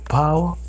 power